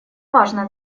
важно